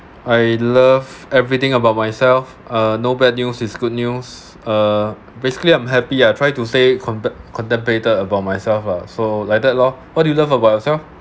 I love everything about myself uh no bad news is good news uh basically I'm happy I try to say contem~ contemplated about myself lah so like that lor what do you love about yourself